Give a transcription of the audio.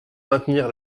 maintenir